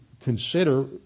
consider